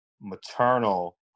maternal